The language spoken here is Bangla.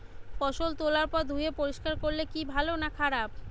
ফসল তোলার পর ধুয়ে পরিষ্কার করলে কি ভালো না খারাপ?